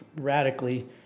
radically